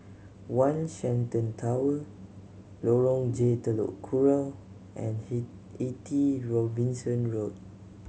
One Shenton Tower Lorong J Telok Kurau and Eighty Robinson Road